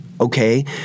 Okay